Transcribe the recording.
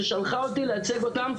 ששלחה אותי לייצג אותם,